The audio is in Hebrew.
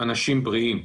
אנשים בריאים.